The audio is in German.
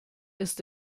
ist